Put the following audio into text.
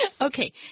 Okay